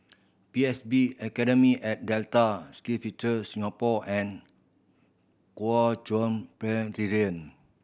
P S B Academy at Delta SkillsFuture Singapore and Kuo Chuan